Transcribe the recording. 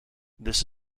this